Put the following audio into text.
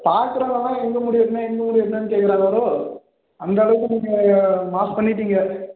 பார்க்குறவங்கல்லாம் எங்கே முடி வெட்டின எங்கே முடி வெட்டினன்னு கேட்குறாங்க ப்ரோ அந்த அளவுக்கு நீங்க மாஸ் பண்ணிட்டீங்க